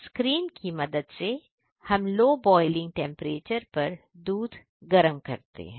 screen की मदद से हम लो बोलिंग टेंपरेचर पर दूध गर्म करते हैं